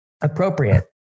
appropriate